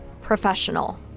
professional